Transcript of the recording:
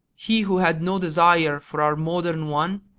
he who had no desire for our modern one?